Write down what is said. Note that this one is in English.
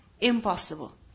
impossible